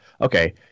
Okay